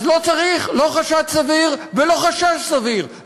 אז לא צריך לא חשד סביר ולא חשש סביר,